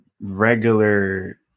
regular